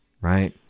right